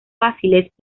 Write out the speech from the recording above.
fáciles